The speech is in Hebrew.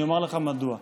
אני אומר לך מדוע.